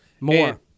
More